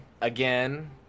Again